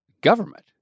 government